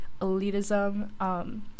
elitism